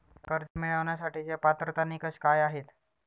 कर्ज मिळवण्यासाठीचे पात्रता निकष काय आहेत?